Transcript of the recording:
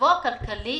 מצבו הכלכלי